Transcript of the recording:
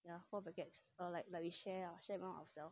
ya four packets but like we share ah share among ourselves